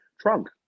trunk